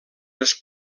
les